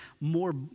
more